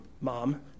mom